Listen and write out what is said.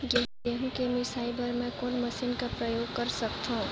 गहूं के मिसाई बर मै कोन मशीन कर प्रयोग कर सकधव?